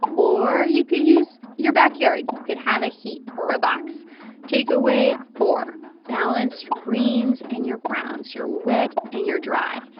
or you could use your backyard. you could have a heap or a box takeaway four balance your greens and your browns, your wet and your dry.